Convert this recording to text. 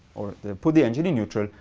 or put the engine in neutral,